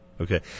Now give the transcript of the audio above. Okay